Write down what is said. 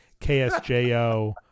KSJO